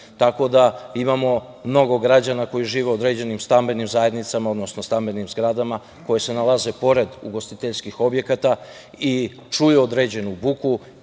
tako da imamo mnogo građana koji žive u određenim stambenim zajednicama, odnosno stambenim zgradama koje se nalaze pored ugostiteljskih objekata i čuju određenu buku